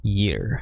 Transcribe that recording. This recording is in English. year